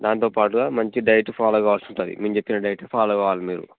దాంతోపాటు మంచి diet follow కావల్సి ఉంటుంది మేము చెప్పిన డైట్ ఫాలో కావాలి మీరు